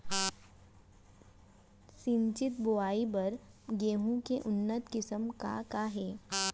सिंचित बोआई बर गेहूँ के उन्नत किसिम का का हे??